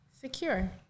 secure